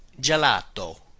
gelato